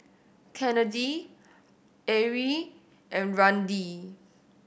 Kennedi Arie and Randi